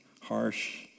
harsh